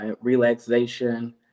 relaxation